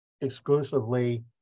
exclusively